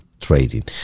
trading